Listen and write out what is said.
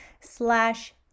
slash